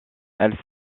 elle